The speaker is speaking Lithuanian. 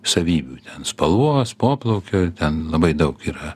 savybių ten spalvos poplaukio ten labai daug yra